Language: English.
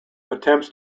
attempts